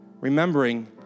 remembering